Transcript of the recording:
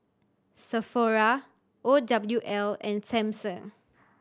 Sephora O W L and Samsung